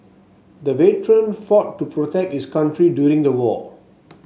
the veteran fought to protect his country during the war